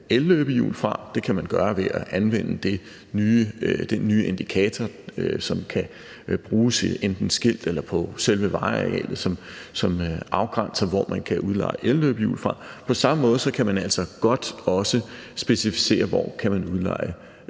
elløbehjul fra – det kan man gøre ved at anvende den nye indikator, som kan bruges enten skiltet eller på selve vejarealet, som afgrænser, hvor man kan udleje elløbehjul fra – så kan man altså også godt specificere, hvorfra man kan udleje